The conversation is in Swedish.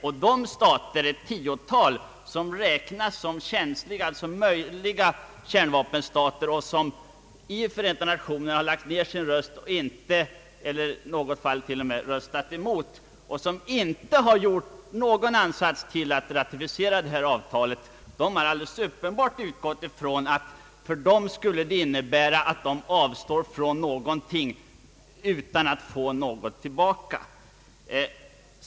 Och det tiotal stater som räknas som känsliga — d.v.s. som möjliga kärnvapenstater — som i Förenta nationerna lagt ned sin röst, och i något fall till och med röstat emot och som inte gjort någon ansats till att ratificera avtalet har all deles uppenbart utgått ifrån att ratificering för dem skulle innebära att de avstod från någonting utan att få något tillbaka.